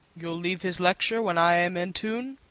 you'll leave his lecture when i am in tune?